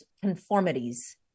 conformities